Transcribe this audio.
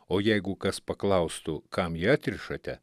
o jeigu kas paklaustų kam jį atrišate